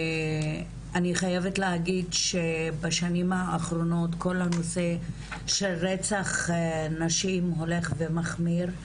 אני חייבת להגיד שבשנים האחרונות כל הנושא של רצח נשים הולך ומחמיר,